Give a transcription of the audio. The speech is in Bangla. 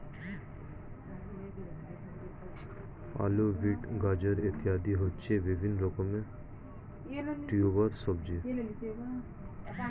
আলু, বিট, গাজর ইত্যাদি হচ্ছে বিভিন্ন রকমের টিউবার সবজি